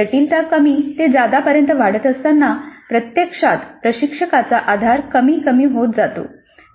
जटिलता कमी ते जादापर्यंत वाढत असताना प्रत्यक्षात प्रशिक्षकाचा आधार कमी आणि कमी होत जातो